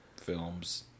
films